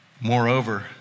moreover